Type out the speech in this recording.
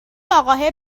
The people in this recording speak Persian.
اقاهه